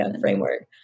framework